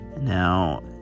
now